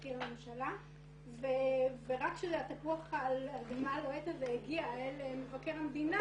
המשפטי לממשלה ורק כשתפוח האדמה הלוהט הזה הגיע אל מבקר המדינה,